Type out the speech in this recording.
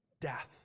Death